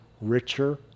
richer